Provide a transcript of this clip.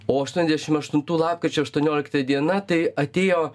o aštuoniasdešim aštuntų lapkričio aštuoniolikta diena tai atėjo